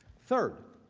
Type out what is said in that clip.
third,